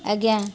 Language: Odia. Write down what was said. ଆଜ୍ଞା